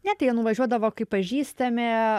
ne tai nuvažiuodavo kaip pažįstami